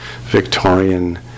Victorian